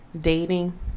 dating